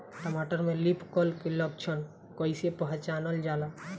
टमाटर में leaf curl के लक्षण कइसे पहचानल जाला?